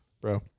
bro